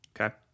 Okay